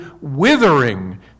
withering